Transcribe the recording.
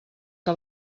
que